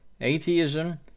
atheism